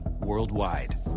worldwide